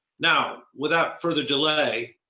now, without further delay,